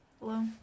Hello